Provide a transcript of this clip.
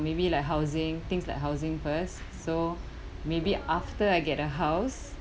maybe like housing things like housing first so maybe after I get a house